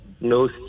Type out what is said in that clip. No